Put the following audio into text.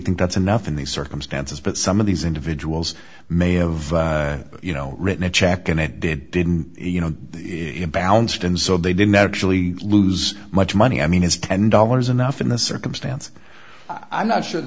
think that's enough in these circumstances but some of these individuals may have you know written a check and it did didn't you know balanced and so they didn't actually lose much money i mean is ten dollars enough in this circumstance i'm not sure